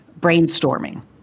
brainstorming